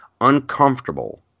uncomfortable